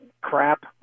crap